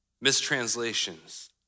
mistranslations